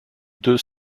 deux